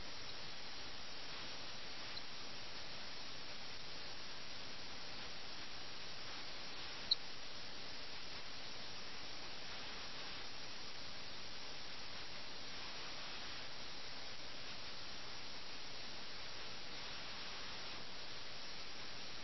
ഈ കഥയിൽ നമ്മൾ ഇതുവരെ കണ്ടതാണ് അതായത് ഒരു പ്രഭുവിന്റെ വീട്ടിൽ ചെസ്സ് കളി നടക്കുന്നതും പ്രഭുവിൻറെ ഭാര്യയുടെ അനിഷ്ടം മൂലം സങ്കീർണതകൾ വർദ്ധിക്കുന്നതിനാൽ അത് പിന്നീട് മറ്റൊരു പ്രഭുവിൻറെ വീട്ടിലേക്ക് അതായത് മിറിന്റെ വീട്ടിലേക്ക് മാറ്റുന്നു